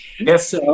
Yes